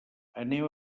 anem